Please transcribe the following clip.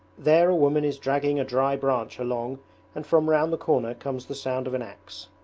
there a woman is dragging a dry branch along and from round the corner comes the sound of an axe.